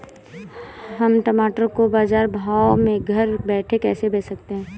हम टमाटर को बाजार भाव में घर बैठे कैसे बेच सकते हैं?